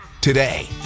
today